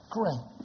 Great